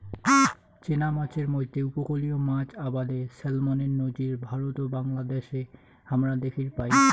চেনা মাছের মইধ্যে উপকূলীয় মাছ আবাদে স্যালমনের নজির ভারত ও বাংলাদ্যাশে হামরা দ্যাখির পাই